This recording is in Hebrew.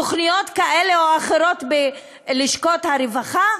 תוכניות כאלה או אחרות בלשכות הרווחה?